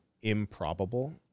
improbable